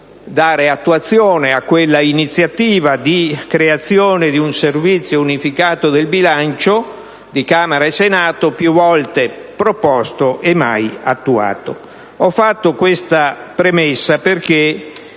dare attuazione a quell'iniziativa volta alla creazione di un Servizio unificato del bilancio di Camera e Senato, più volte proposta e mai attuata. Ho fatto questa premessa perché